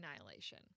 Annihilation